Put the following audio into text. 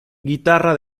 guitarra